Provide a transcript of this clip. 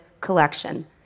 collection